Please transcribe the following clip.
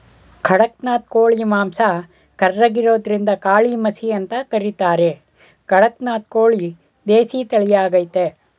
ಖಡಕ್ನಾಥ್ ಕೋಳಿ ಮಾಂಸ ಕರ್ರಗಿರೋದ್ರಿಂದಕಾಳಿಮಸಿ ಅಂತ ಕರೀತಾರೆ ಕಡಕ್ನಾಥ್ ಕೋಳಿ ದೇಸಿ ತಳಿಯಾಗಯ್ತೆ